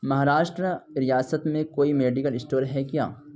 مہاراشٹر ریاست میں کوئی میڈیکل اسٹور ہے کیا